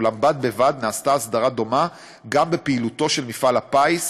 אולם בד בבד נעשתה הסדרה דומה בפעילותו של מפעל הפיס,